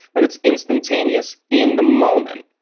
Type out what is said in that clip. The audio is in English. when it's instantaneous in the moment,